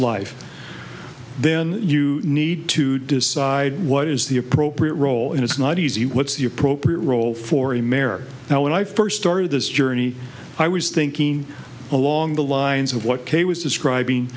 life then you need to decide what is the appropriate role and it's not easy what's the appropriate role for america now when i first started this journey i was thinking along the lines of what kate was describing